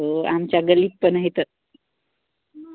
हो आमच्या गल्लीत पण आहेत